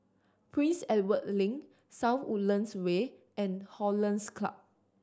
Prince Edward Link South Woodlands Way and Hollandse Club